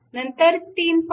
नंतर 3